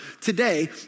today